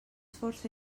força